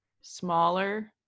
smaller